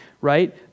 right